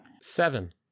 Seven